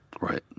right